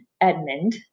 Edmund